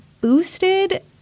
boosted